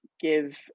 give